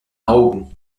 augen